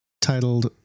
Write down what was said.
titled